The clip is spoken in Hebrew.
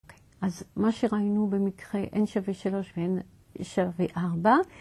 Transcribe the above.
אז מה שראינו במקרה n שווה 3 ו-n שווה 4...